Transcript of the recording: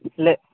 లే